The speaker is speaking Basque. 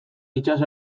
itsas